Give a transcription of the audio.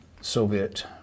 Soviet